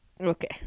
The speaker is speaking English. Okay